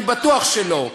אני בטוח שלא.